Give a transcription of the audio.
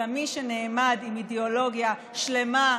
אלא מי שנעמד עם אידיאולוגיה שלמה,